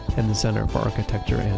and the center for architecture